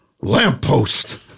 lamppost